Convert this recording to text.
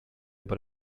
but